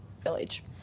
village